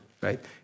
right